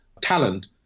talent